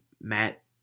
Matt